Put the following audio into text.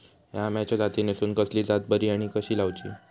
हया आम्याच्या जातीनिसून कसली जात बरी आनी कशी लाऊची?